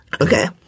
Okay